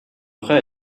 frère